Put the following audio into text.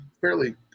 fairly